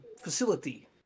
facility